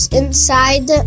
inside